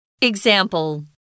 Example